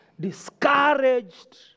Discouraged